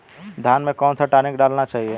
धान में कौन सा टॉनिक डालना चाहिए?